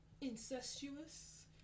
incestuous